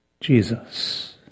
Jesus